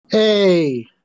Hey